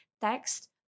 text